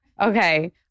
Okay